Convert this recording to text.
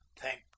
Thank